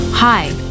Hi